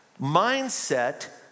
mindset